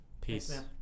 Peace